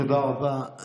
תודה רבה.